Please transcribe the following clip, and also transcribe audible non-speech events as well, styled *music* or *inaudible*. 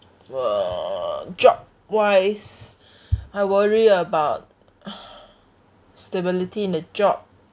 uh job wise I worry about *breath* stability in a job